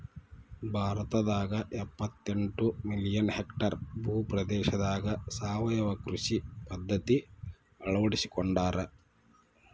ಭಾರತದಾಗ ಎಪ್ಪತೆಂಟ million hectare ಭೂ ಪ್ರದೇಶದಾಗ ಸಾವಯವ ಕೃಷಿ ಪದ್ಧತಿ ಅಳ್ವಡಿಸಿಕೊಂಡಾರ